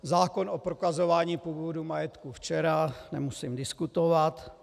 Zákon o prokazování původu majetku včera nemusím diskutovat.